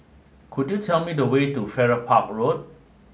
could you tell me the way to Farrer Park Road